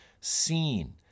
seen